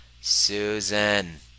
Susan